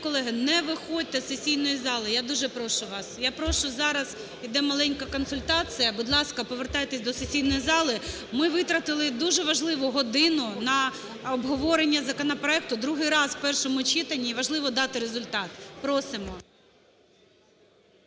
не виходьте з сесійної зали, я дуже прошу вас. Я прошу, зараз іде маленька консультація, будь ласка, повертайтеся до сесійної зали. Ми витратили дуже важливу годину на обговорення законопроекту, другий раз в першому читанні і важливо дати результат, просимо.